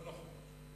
לא נכון.